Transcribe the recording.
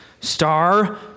star